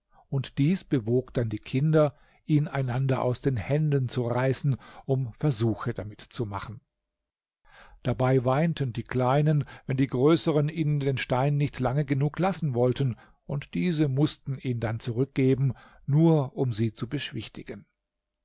und dies bewog dann die kinder ihn einander aus den händen zu reißen um versuche damit zu machen dabei weinten die kleinen wenn die größeren ihnen den stein nicht lange genug lassen wollten und diese mußten ihn dann zurückgeben nur um sie zu beschwichtigen